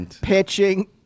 pitching